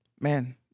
Man